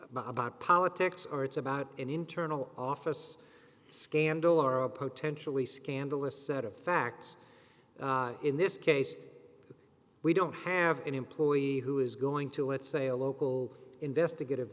about politics or it's about an internal office scandal or a potentially scandalous set of facts in this case we don't have an employee who is going to let's say a local investigative